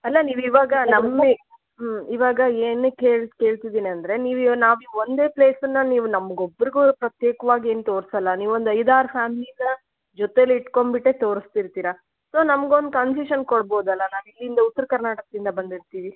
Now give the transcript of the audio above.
ಅಲ್ಲ ನೀವು ಇವಾಗ ನಮ್ಮ ಹ್ಞೂ ಇವಾಗ ಏನಕ್ಕೆ ಹೇಳಿ ಕೇಳ್ತಿದೀನಿ ಅಂದರೆ ನೀವು ಇವ ನಾವು ಈ ಒಂದೇ ಪ್ಲೇಸನ್ನು ನೀವು ನಮ್ಗೆ ಒಬ್ರಗೇ ಪ್ರತ್ಯೇಕವಾಗಿ ಏನೂ ತೋರಿಸಲ್ಲ ನೀವು ಒಂದು ಐದಾರು ಫ್ಯಾಮ್ಲೀನ ಜೊತೆಲಿ ಇಟ್ಕೊಂಡ್ಬಿಟ್ಟೇ ತೋರಿಸ್ತಿರ್ತೀರ ಸೊ ನಮ್ಗೆ ಒಂದು ಕನ್ಸೇಶನ್ ಕೊಡ್ಬೋದಲ್ವ ನಾವು ಇಲ್ಲಿಂದ ಉತ್ತರ ಕರ್ನಾಟಕದಿಂದ ಬಂದಿರ್ತೀವಿ